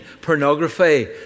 pornography